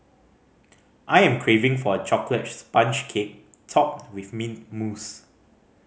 I am craving for a chocolate sponge cake topped with mint mousse